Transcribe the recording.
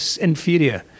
inferior